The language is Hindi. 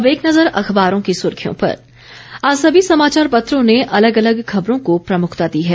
अब एक नजर अखबारों की सुर्खियों पर आज सभी समाचार पत्रों ने अलग अलग खबरों को प्रमुखता दी है